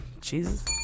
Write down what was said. Jesus